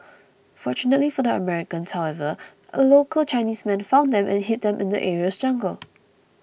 fortunately for the Americans however a local Chinese man found them and hid them in the area's jungle